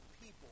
people